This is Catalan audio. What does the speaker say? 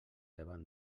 davant